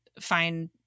find